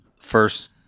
first